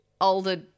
older